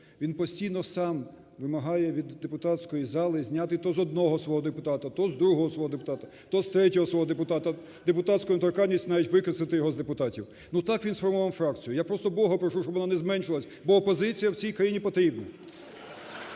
Він постійно сам вимагає від депутатської зали зняти то з одного свого депутата, то з другого свого депутата, то з третього свого депутата депутатську недоторканість, навіть викреслити його з депутатів, ну, так він сформував фракцію. Я просто Бога прошу, щоб вона не зменшилася, бо опозиція в цій країні потрібна.